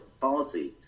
policy